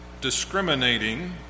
discriminating